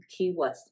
keywords